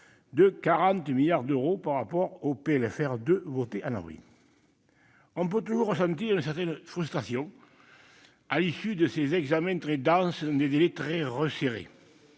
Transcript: de 40 milliards d'euros par rapport au PLFR 2 voté en avril. On peut toujours ressentir une certaine frustration à l'issue de ces examens très denses dans des délais très resserrés